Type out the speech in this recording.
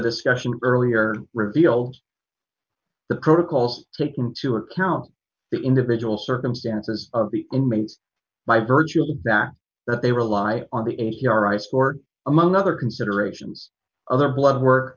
discussion earlier reveal the protocols take into account the individual circumstances of the inmates by virtue of that they rely on the a c r ice or among other considerations other blood or